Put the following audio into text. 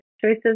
Choices